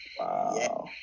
wow